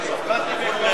הצבעתי במקום,